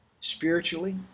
spiritually